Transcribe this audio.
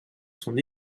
son